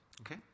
Okay